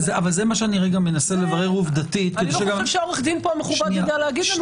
אני לא יודע אם העורך דין המכובד פה יידע להגיד לנו.